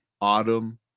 autumn